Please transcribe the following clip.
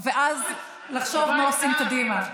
ואז לחשוב מה עושים קדימה.